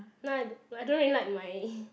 now I don~ I don't really like my